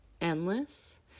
endless